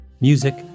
Music